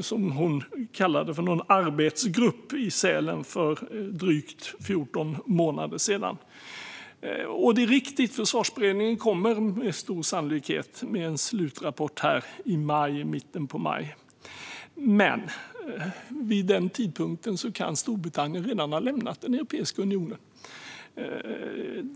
som hon kallade för "någon arbetsgrupp" i Sälen för drygt 14 månader sedan. Det är riktigt att Försvarsberedningen med stor sannolikhet kommer med en slutrapport i mitten av maj, men vid den tidpunkten kan Storbritannien redan ha lämnat den europeiska unionen.